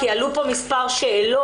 כי עלו פה מספר שאלות,